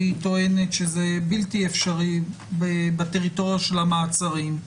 והיא טוענת שזה בלתי אפשרי בטריטוריה של המעצרים,